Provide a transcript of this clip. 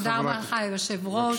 תודה רבה לך, היושב-ראש.